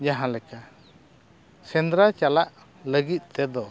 ᱡᱟᱦᱟᱸ ᱞᱮᱠᱟ ᱥᱮᱸᱫᱽᱨᱟ ᱪᱟᱞᱟᱜ ᱞᱟᱹᱜᱤᱫ ᱛᱮᱫᱚ